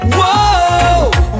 Whoa